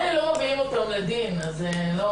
במילא לא מביאים אותם לדין, אז זה לא